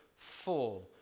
Full